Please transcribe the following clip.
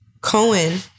Cohen